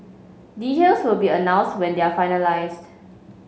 details will be announced when they are finalised